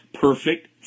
perfect